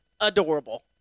adorable